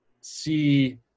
see